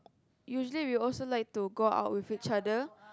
usually we also like to go out with each other